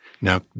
Now